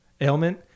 ailment